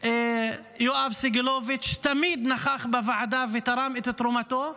יואב סגלוביץ' תמיד נכח בוועדה ותרם את תרומתו,